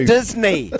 Disney